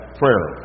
prayer